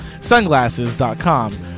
Sunglasses.com